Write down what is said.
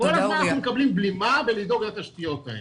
כל הזמן אנחנו מקבלים בלימה ולדאוג לתשתיות האלה,